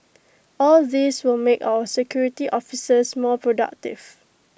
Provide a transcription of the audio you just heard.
all these will make our security officers more productive